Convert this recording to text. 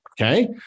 Okay